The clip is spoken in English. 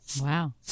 Wow